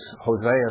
Hosea